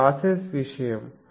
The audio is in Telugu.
అది లాస్సెస్ విషయం